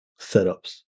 setups